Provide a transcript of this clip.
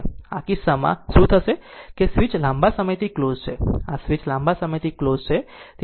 તેથી આ કિસ્સામાં શું થશે કે સ્વીચ લાંબા સમયથી ક્લોઝ છે આ સ્વીચ લાંબા સમયથી ક્લોઝ છે